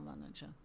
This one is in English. manager